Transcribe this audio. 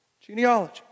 genealogy